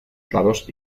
prados